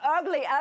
ugly